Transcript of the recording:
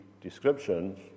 descriptions